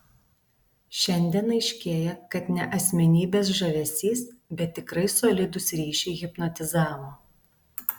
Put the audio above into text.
šiandien aiškėja kad ne asmenybės žavesys bet tikrai solidūs ryšiai hipnotizavo